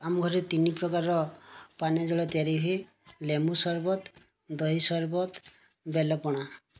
ଆମ ଘରେ ତିନି ପ୍ରକାରର ପାନୀୟ ଜଳ ତିଆରି ହୁଏ ଲେମ୍ବୁ ସରବତ ଦହି ସରବତ ବେଲ ପଣା